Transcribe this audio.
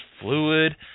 fluid